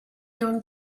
doing